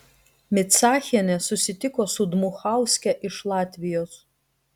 micachienė susitiko su dmuchauske iš latvijos